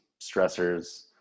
stressors